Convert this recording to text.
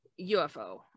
UFO